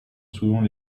soulevant